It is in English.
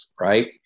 right